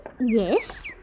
Yes